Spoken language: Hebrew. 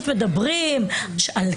חיבקו,